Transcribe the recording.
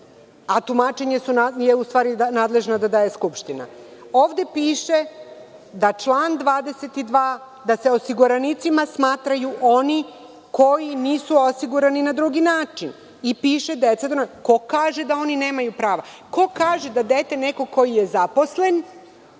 a tumačenja je u stvari nadležna da daje Skupština. Član 22 kaže da se osiguranicima smatraju oni koji nisu osigurani na drugi način i piše deca… Ko kaže da oni nemaju prava? Ko kaže da dete nekog ko je zaposlen,